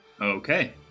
Okay